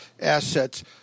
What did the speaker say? assets